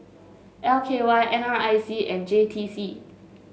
L K Y N R I C and J T C